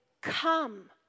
Come